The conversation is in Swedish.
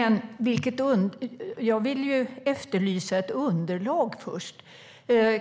Jag vill efterlysa ett underlag.